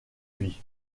vie